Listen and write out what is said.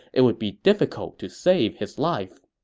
it would be difficult to save his life.